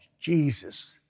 Jesus